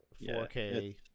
4K